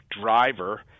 driver